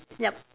yup